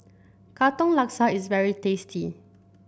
Katong Laksa is very tasty